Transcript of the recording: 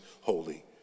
holy